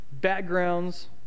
backgrounds